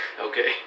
okay